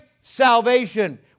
salvation